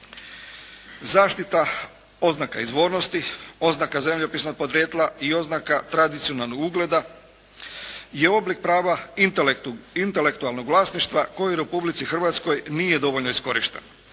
Zaštita, oznaka izvornosti, oznaka zemljopisnog podrijetla i oznaka tradicionalnog ugleda je oblik prava intelektualnog vlasništva koji u Republici Hrvatskoj nije dovoljno iskorišten